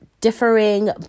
differing